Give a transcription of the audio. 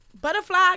butterfly